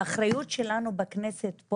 והאחריות שלנו פה בכנסת,